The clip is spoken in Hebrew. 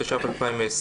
התש"ף-2020.